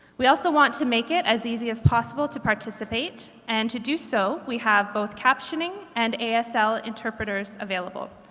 we also want to make it as easy as possible to participate and to do so we have both captioning and asl interpreters available.